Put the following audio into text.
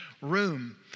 room